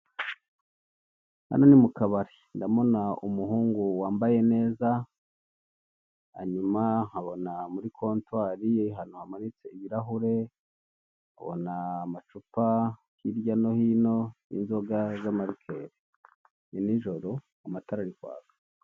Hano ni mu kabari ndabona umuhungu wambaye neza, hanyuma nkabona muri kontwari ahantu hamanitse ibirahure, nkabona amacupa hirya no hino y'inzoga z'amarikri, ni nijoro amatara ari kwaka.